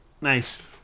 Nice